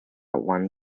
one